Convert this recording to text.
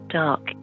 dark